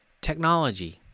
Technology